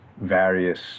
various